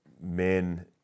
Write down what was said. men